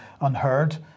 unheard